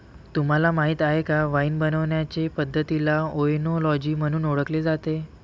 तुम्हाला माहीत आहे का वाइन बनवण्याचे पद्धतीला ओएनोलॉजी म्हणून ओळखले जाते